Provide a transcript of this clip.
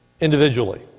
individually